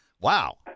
Wow